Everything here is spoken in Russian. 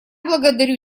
благодарю